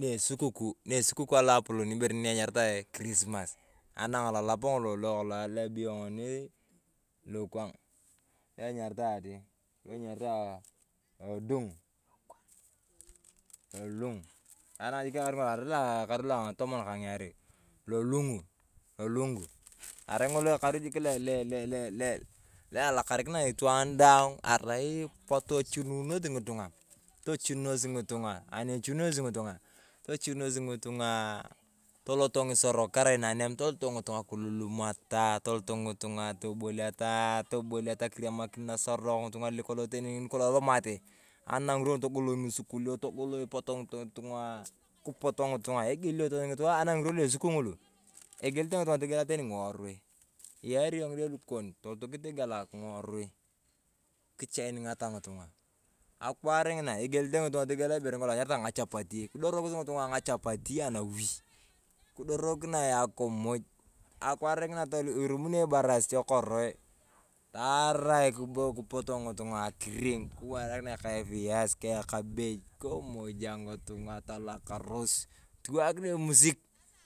nesukuku ne esukuku alapolon ibere ni enyaritae krismass anak lo lap lo lo ebeyo ngunio louwang. Lo enyaritae lodung lung’ang’o. Arai ng’olo ekaru lelele lo elakarikinae itwaan daang arai poote echununosi ng'itung'a tochununos ng'itung'a. Ani echununosi ng'itung'a tochununos ng'itung'a, ani echununosi ng'itung'a toloto ng’isorok kerai nanam toloto ng'itung'a kilulumata, toloto ng'itung'a toboliata kiriamakinos nasorok, ng'itung'a teni lukolong esomatee, anang akwaar ng'ina togoloi ng’isukulio, poot ng'itung'a kipotoo ng'itung'a egelio anak akwaar na esukuku ng'iria. Egelete ng'itung'a teni ng'iworui. Iyaari yong ng’ide lukon togielak ng’irui, kichaining’ata ng'itung'a. Akwaar ng'iria egelete ng'itung'a togelaa ibere ni kolong anyarite ng’achapatii, kidorokis ng'itung'a ng'achapatii anawi, kidorokirioe akimuj. Akwaar ng'ina irumonio ibarasit ekoroe taarae kipoe kipotoo ng'itung'a akiring. Kiwakinoe kaa epias kaa ekabich kimuja ng'itung'a tolakaros. Kiwakinoe emusik.